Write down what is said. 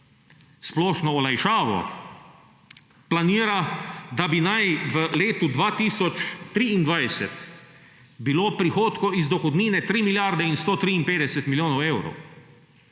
splošno olajšavo, planira, da naj bi v letu 2023 bilo prihodkov iz dohodnine 3 milijarde 153 milijonov evrov.